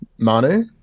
Manu